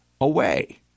away